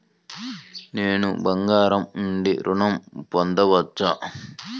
నేను బంగారం నుండి ఋణం పొందవచ్చా?